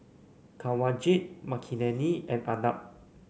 Kanwaljit Makineni and Arnab